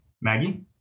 Maggie